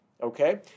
okay